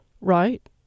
right